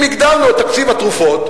אם הגדלנו את תקציב התרופות,